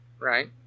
right